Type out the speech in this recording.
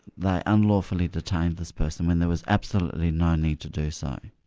they unlawfully detained this person when there was absolutely no need to do so.